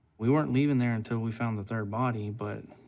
we weren't leaving there until we found the third body, but